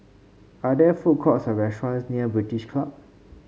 are there food courts or restaurants near British Club